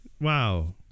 Wow